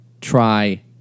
try